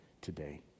today